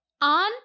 On